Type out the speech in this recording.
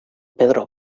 pedro